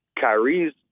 Kyrie's